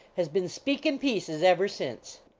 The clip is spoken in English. has been speakin pieces ever since.